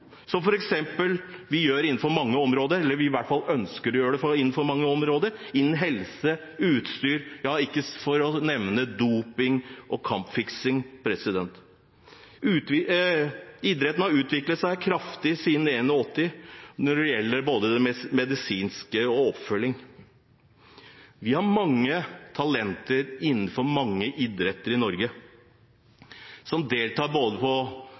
som vi også gjør – i hvert fall ønsker å gjøre – innenfor mange andre områder: helse, utstyr, doping, kampfiksing, for å nevne noen. Idretten har utviklet seg kraftig siden 1981 når det gjelder både det medisinske og det som går på oppfølging. Vi har mange talenter innenfor mange idretter i Norge, som deltar på